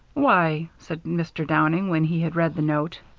why, said mr. downing, when he had read the note,